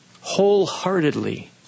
wholeheartedly